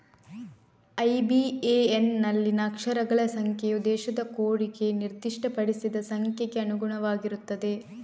IBAN ನಲ್ಲಿನ ಅಕ್ಷರಗಳ ಸಂಖ್ಯೆಯು ದೇಶದ ಕೋಡಿಗೆ ನಿರ್ದಿಷ್ಟಪಡಿಸಿದ ಸಂಖ್ಯೆಗೆ ಅನುಗುಣವಾಗಿರುತ್ತದೆ